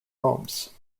homes